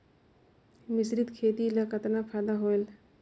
मिश्रीत खेती ल कतना फायदा होयल?